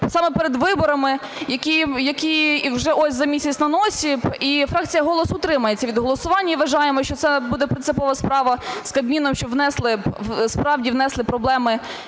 саме перед виборами, які вже ось за місяць "на носі". І фракція "Голос" утримається від голосування, і вважаємо, що це буде принципова справа з Кабміном, щоб внесли, справді внесли проблеми